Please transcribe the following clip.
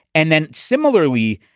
and then similarly,